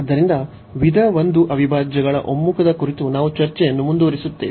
ಆದ್ದರಿಂದ ವಿಧ 1 ಅವಿಭಾಜ್ಯಗಳ ಒಮ್ಮುಖದ ಕುರಿತು ನಾವು ಚರ್ಚೆಯನ್ನು ಮುಂದುವರಿಸುತ್ತೇವೆ